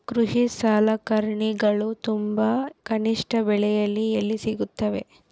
ಕೃಷಿ ಸಲಕರಣಿಗಳು ತುಂಬಾ ಕನಿಷ್ಠ ಬೆಲೆಯಲ್ಲಿ ಎಲ್ಲಿ ಸಿಗುತ್ತವೆ?